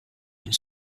une